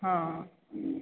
ହଁ